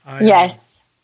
Yes